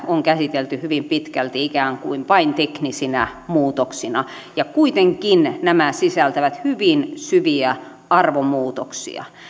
on käsitelty hyvin pitkälti ikään kuin vain teknisinä muutoksina ja kuitenkin nämä sisältävät hyvin syviä arvomuutoksia